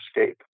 escape